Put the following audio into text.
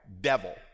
devil